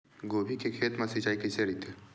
गोभी के खेत मा सिंचाई कइसे रहिथे?